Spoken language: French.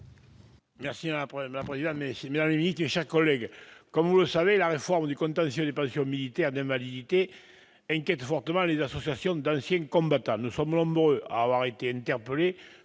madame la ministre, madame la secrétaire d'État, mes chers collègues, comme vous le savez, la réforme du contentieux des pensions militaires d'invalidité inquiète fortement les associations d'anciens combattants. Nous sommes nombreux à avoir été interpellés